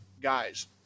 guys